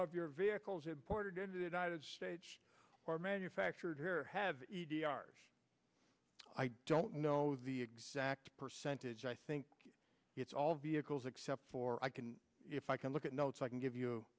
of your vehicles imported into the united states or manufactured here have i don't know the exact percentage i think it's all vehicles except for i can if i can look at notes i can give you